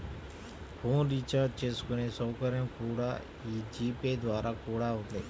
phone recharge చేసుకునే సౌకర్యం కూడా యీ జీ పే ద్వారా కూడా ఉంది